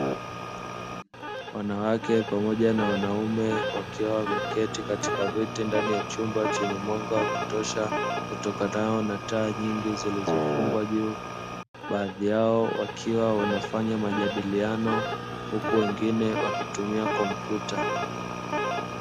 Wanawake pamoja na wanaume wakiwa wameketi katika viti ndani ya chumba chenye mwanga wa kutosha, utokanao na taa nyingi zilizofungwa juu, baadhi yao wakiwa wanafanya majadiliano huku wengine wakitumia kompyuta.